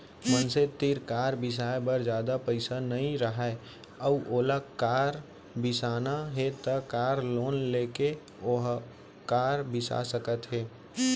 मनसे तीर कार बिसाए बर जादा पइसा नइ राहय अउ ओला कार बिसाना हे त कार लोन लेके ओहा कार बिसा सकत हे